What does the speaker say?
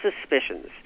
suspicions